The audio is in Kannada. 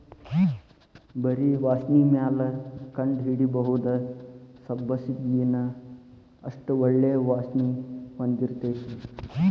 ಬರಿ ವಾಸ್ಣಿಮ್ಯಾಲ ಕಂಡಹಿಡಿಬಹುದ ಸಬ್ಬಸಗಿನಾ ಅಷ್ಟ ಒಳ್ಳೆ ವಾಸ್ಣಿ ಹೊಂದಿರ್ತೈತಿ